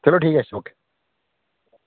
चलो ठीक ऐ ईट्स ओके